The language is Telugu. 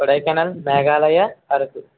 కొడైకెనాల్ మేఘాలయా అరకు